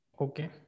Okay